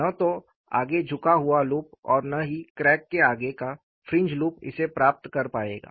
न तो आगे झुका हुआ लूप और न ही क्रैक के आगे का फ्रिंज लूप इसे प्राप्त कर पाएगा